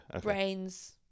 brains